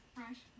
Fresh